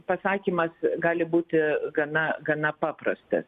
pasakymas gali būti gana gana paprastas